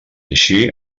així